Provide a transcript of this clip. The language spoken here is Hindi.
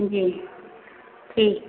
जी ठीक है